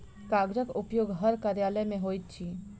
कागजक उपयोग हर कार्यालय मे होइत अछि